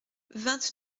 vingt